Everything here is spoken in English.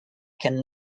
can